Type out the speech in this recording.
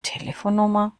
telefonnummer